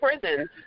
prisons